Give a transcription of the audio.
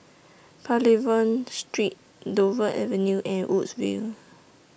Pavilion Street Dover Avenue and Woodsville